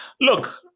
Look